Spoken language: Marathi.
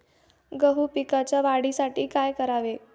गहू पिकाच्या वाढीसाठी काय करावे?